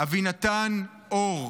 אבינתן אור,